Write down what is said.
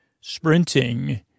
sprinting